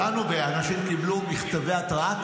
שלנו ואנשים קיבלו מכתבי התרעה,